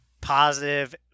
positive